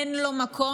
אין לו מקום.